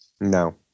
no